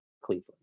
Cleveland